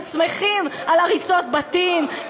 אז שמחים על הריסות בתים,